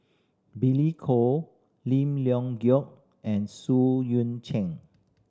Billy Koh Lim Leong Geok and Xu Yuan Zhen